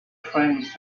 friend